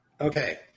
Okay